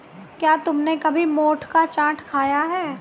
क्या तुमने कभी मोठ का चाट खाया है?